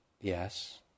yes